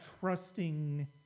trusting